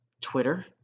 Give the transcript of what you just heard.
Twitter